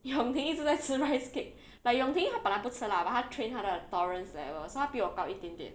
yong ting 一直在吃 rice cake like yong ting 她本来不吃辣 but 她 train 她的 tolerance level 所以她比我高一点点